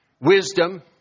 wisdom